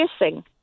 missing